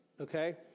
okay